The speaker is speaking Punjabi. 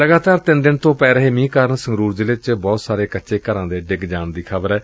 ਲਗਾਤਾਰ ਤਿੰਨ ਦਿਨ ਤੋਂ ਪੈ ਰਹੇ ਮੀਹ ਕਾਰਨ ਸੰਗਰੂਰ ਜ਼ਿਲ੍ਜੇ ਚ ਬਹੁਤ ਸਾਰੇ ਕੱਚੇ ਘਰਾਂ ਦੇ ਡਿੱਗ ਜਾਣ ਦੀ ਖ਼ਬਰ ਏ